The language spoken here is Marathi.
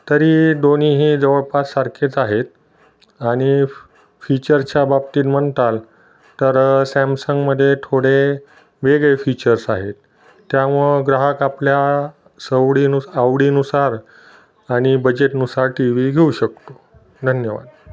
तरी दोन्हीही जवळपास सारखेच आहेत आणि फीचरच्या बाबतीत म्हणताल तर सॅमसंगमध्ये थोडे वेगळे फीचर्स आहेत त्यामुळं ग्राहक आपल्या सवडीनुस आवडीनुसार आणि बजेटनुसार टी व्ही घेऊ शकतो धन्यवाद